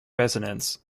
resonance